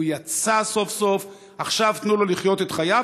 הוא יצא סוף-סוף, עכשיו תנו לו לחיות את חייו.